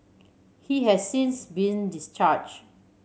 he has since been discharged